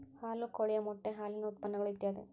ಹಾಲು ಕೋಳಿಯ ಮೊಟ್ಟೆ ಹಾಲಿನ ಉತ್ಪನ್ನಗಳು ಇತ್ಯಾದಿ